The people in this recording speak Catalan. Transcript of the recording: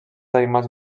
animals